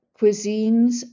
cuisines